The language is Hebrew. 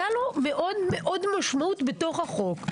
היה לו מאוד משמעות בתוך החוק.